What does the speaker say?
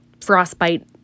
frostbite